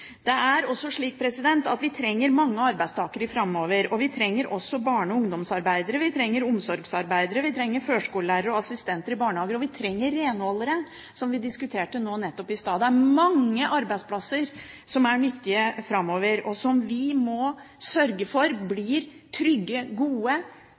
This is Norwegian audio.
Vi trenger mange arbeidstakere framover. Vi trenger barne- og ungdomsarbeidere, vi trenger omsorgsarbeidere, vi trenger førskolelærere og assistenter i barnehager, og vi trenger renholdere – som vi diskuterte nå nettopp i stad. Det er mange arbeidsplasser som er nyttige framover, og som vi må sørge for